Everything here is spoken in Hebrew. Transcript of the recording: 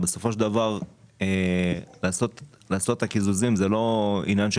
בסופו של דבר לעשות את הקיזוזים זה לא עניין של